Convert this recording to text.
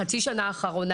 חצי השנה האחרונה,